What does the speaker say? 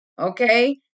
okay